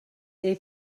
they